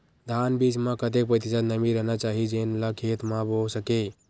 धान बीज म कतेक प्रतिशत नमी रहना चाही जेन ला खेत म बो सके?